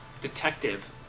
detective